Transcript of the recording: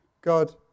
God